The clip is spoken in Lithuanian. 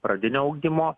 pradinio ugdymo